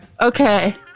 Okay